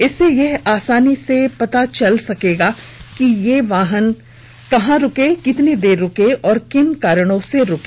इससे यह आसानी से पता चल सकेगा कि ये वाहन कहां रुके कितनी देर रुके और किन कारणों से रुके